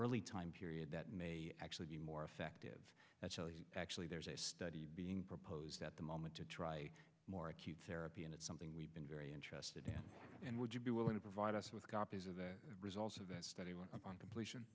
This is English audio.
early time period that may actually be more effective that's actually there's a study being proposed at the moment to try more acute therapy and it's something we've been very interested in and would you be willing to provide us with copies of the results of that study when upon completion